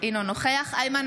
אינו נוכח איימן